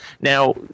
Now